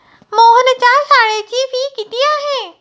मोहनच्या शाळेची फी किती आहे?